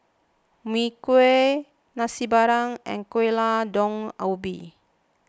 Mui Kee Nasi Padang and Gulai Daun Ubi